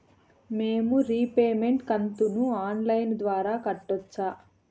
మేము రీపేమెంట్ కంతును online ద్వారా కట్టొచ్చా